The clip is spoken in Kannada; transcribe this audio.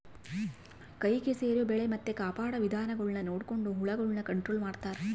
ಕೈಗೆ ಸೇರೊ ಬೆಳೆ ಮತ್ತೆ ಕಾಪಾಡೊ ವಿಧಾನಗುಳ್ನ ನೊಡಕೊಂಡು ಹುಳಗುಳ್ನ ಕಂಟ್ರೊಲು ಮಾಡ್ತಾರಾ